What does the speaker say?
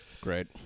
Great